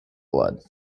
blood